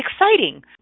exciting